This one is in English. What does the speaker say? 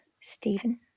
Stephen